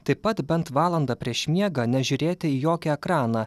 taip pat bent valandą prieš miegą nežiūrėti į jokią ekraną